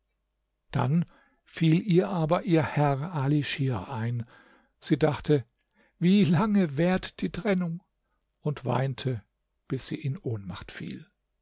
dann fiel ihr aber ihr herr ali schir ein sie dachte wie lange währt die trennung und weinte bis sie in ohnmacht fiel